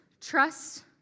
Trust